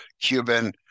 Cuban